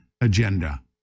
agenda